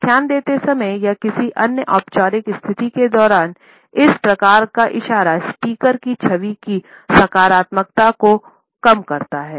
व्याख्यान देते समय या किसी अन्य औपचारिक स्थिति के दौरान इस प्रकार का इशारा स्पीकर की छवि की सकारात्मकता को कम करता है